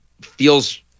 feels